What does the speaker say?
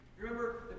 Remember